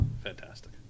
fantastic